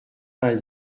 vingt